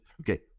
okay